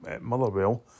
Motherwell